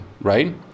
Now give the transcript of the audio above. right